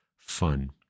fun